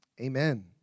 amen